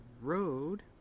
road